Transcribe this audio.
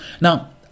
Now